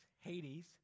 Hades